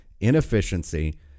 Inefficiency